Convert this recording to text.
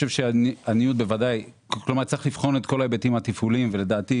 חושב שצריך לבחון את כל ההיבטים התפעוליים, ולדעתי